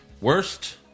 Worst